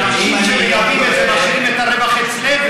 האנשים שמקבלים את זה משאירים את הרווח אצלם,